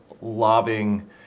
lobbying